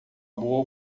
boa